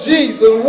Jesus